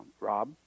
Rob